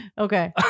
Okay